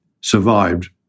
survived